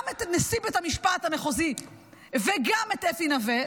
את נשיא בית המשפט המחוזי וגם את אפי נוה,